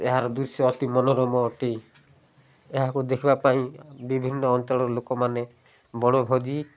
ଏହାର ଦୃଶ୍ୟ ଅତି ମନୋରମ ଅଟେ ଏହାକୁ ଦେଖିବା ପାଇଁ ବିଭିନ୍ନ ଅଞ୍ଚଳର ଲୋକମାନେ ବଣଭୋଜି